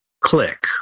click